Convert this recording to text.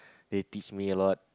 they teach me a lot